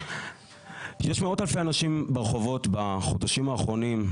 יש מאות אלפי אנשים ברחובות בחודשים האחרונים.